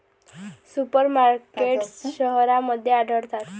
super markets शहरांमध्ये आढळतात